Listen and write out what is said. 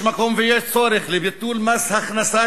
יש מקום ויש צורך לבטל את מס ההכנסה